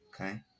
Okay